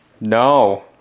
No